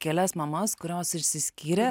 kelias mamas kurios išsiskyrė